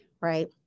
right